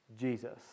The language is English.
Jesus